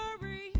worry